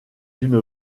une